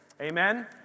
Amen